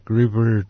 river